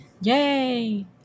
Yay